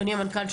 אדוני המנכ"ל,